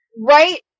right